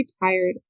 retired